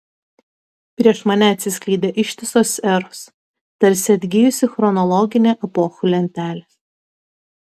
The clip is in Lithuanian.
prieš mane atsiskleidė ištisos eros tarsi atgijusi chronologinė epochų lentelė